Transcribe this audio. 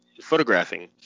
photographing